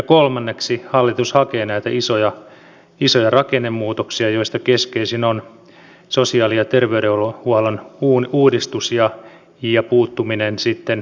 kolmanneksi hallitus hakee näitä isoja rakennemuutoksia joista keskeisin on sosiaali ja terveydenhuollon uudistus ja puuttuminen sitten kuntatalouteen